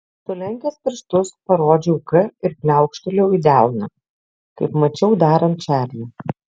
sulenkęs pirštus parodžiau k ir pliaukštelėjau į delną kaip mačiau darant čarlį